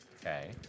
Okay